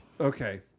Okay